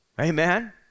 amen